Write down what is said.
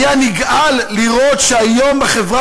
הוא היה נגעל לראות שהיום יש בחברה